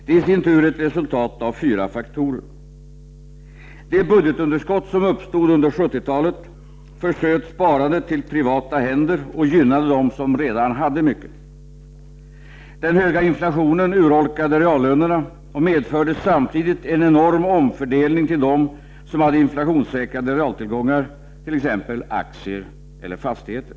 Det är i sin tur ett resultat av fyra faktorer: 0 Det budgetunderskott som uppstod under 70-talet försköt sparandet till privata händer och gynnade dem som redan hade mycket. 0 Den höga inflationen urholkade reallönerna och medförde samtidigt en enorm omfördelning till dem som hade inflationssäkrade realtillgångar, t.ex.aktier eller fastigheter.